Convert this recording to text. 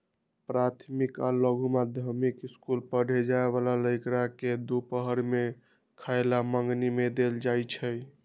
प्राथमिक आ लघु माध्यमिक ईसकुल पढ़े जाय बला लइरका के दूपहर के खयला मंग्नी में देल जाइ छै